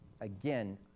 again